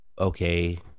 okay